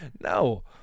No